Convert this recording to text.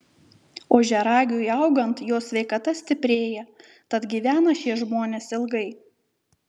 ožiaragiui augant jo sveikata stiprėja tad gyvena šie žmonės ilgai